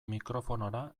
mikrofonora